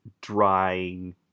drying